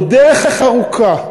זו דרך ארוכה,